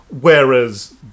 Whereas